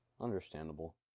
Understandable